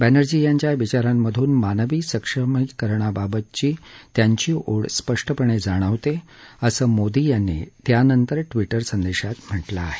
बॅनर्जी यांच्या विचारांमधून मानवी सक्षमीकरणाबाबची त्यांची ओढ स्पष्टपणे जाणवते असं मोदी यांनी त्यानंतर ट्विटर संदेशात म्हटलं आहे